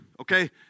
okay